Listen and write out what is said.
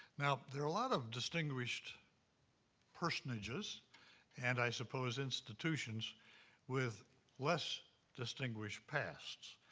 now, there are a lot of distinguished personages and, i suppose, institutions with less distinguished pasts.